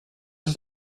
ist